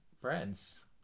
friends